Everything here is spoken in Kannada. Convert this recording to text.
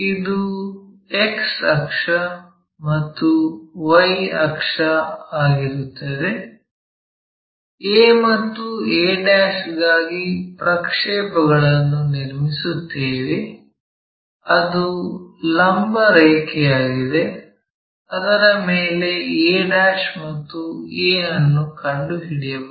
ಇದು X ಅಕ್ಷ ಮತ್ತು Y ಅಕ್ಷವಾಗಿರುತ್ತದೆ a ಮತ್ತು a ಗಾಗಿ ಪ್ರಕ್ಷೇಪಕಗಳನ್ನು ನಿರ್ಮಿಸುತ್ತೇವೆ ಅದು ಲಂಬ ರೇಖೆಯಾಗಿದೆ ಅದರ ಮೇಲೆ a ಮತ್ತು a ಅನ್ನು ಕಂಡುಹಿಡಿಯಬಹುದು